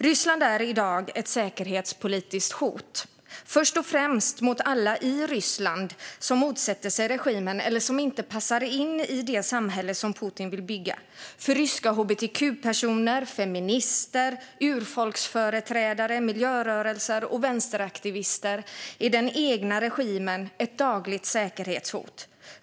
Ryssland är i dag ett säkerhetspolitiskt hot, först och främst mot alla i Ryssland som motsätter sig regimen eller som inte passar in i det samhälle som Putin vill bygga. För ryska hbtq-personer, feminister, urfolksföreträdare, miljörörelser och vänsteraktivister är den egna regimen ett dagligt säkerhetshot.